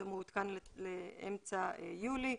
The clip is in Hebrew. זה מעודכן לאמצע יולי,